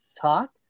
talk